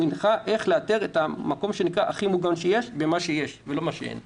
הנחה איך לאתר את המקום הכי מוגן במה שיש ולא במה שאין.